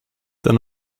then